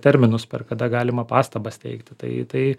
terminus per kada galima pastabas teikti tai tai